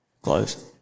Close